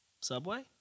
Subway